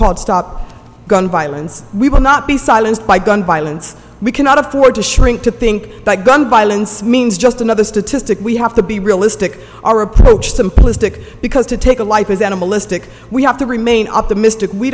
called stop gun violence we will not be silenced by gun violence we cannot afford to shrink to think by gun violence means just another statistic we have to be realistic our approach simplistic because to take a life is animalistic we have to remain optimistic we